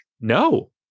No